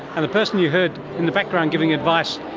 and the person you heard in the background giving advice,